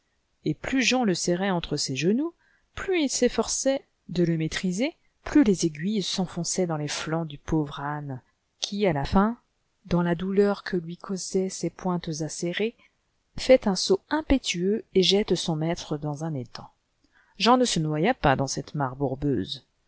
et plus jean le serrait entre ses genoux plus il s'efforçait de le maîtriser plus les aiguilles s'enfonçaient dans les flancs du pauvre âne qui à la fin dans la douleur que lui causaient ces pomtes acérées fait un saut impétueux et jette son maître dans un étang jean ne se noya pas dans cette mare bourbeuse